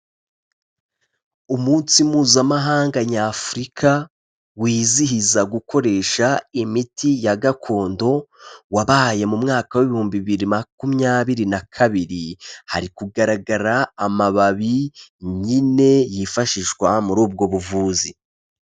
Umunsi mpuzamahanga nyafurika, wizihiza gukoresha imiti ya gakondo, wabaye mu mwaka w'ibihumbi bibiri makumyabiri na kabiri. Hari kugaragara amababi, nyine yifashishwa muri ubwo buvuzi.